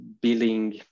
billing